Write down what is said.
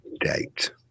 date